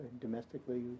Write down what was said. domestically